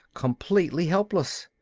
completely helpless.